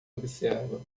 observa